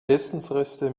essensreste